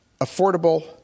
affordable